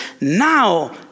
now